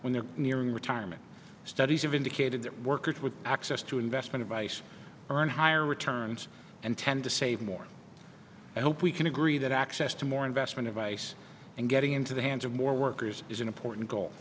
when they're nearing retirement studies have indicated that workers with access to investment advice earn higher returns and tend to save more and hope we can agree that access to more investment advice and getting into the hands of more workers is an important goal